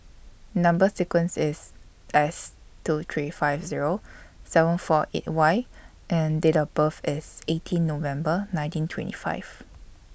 Number sequence IS S two three five Zero seven four eight Y and Date of birth IS eighteen November nineteen twenty five